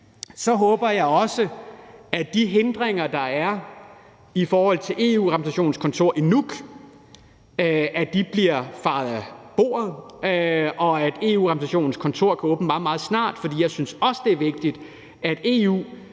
lys håber jeg også, at de hindringer, der er i forhold til EU-Repræsentationens kontor i Nuuk, bliver fejet af bordet, og at EU-Repræsentationens kontor kan åbne meget, meget snart, for jeg synes også, det er vigtigt, at EU,